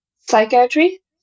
psychiatry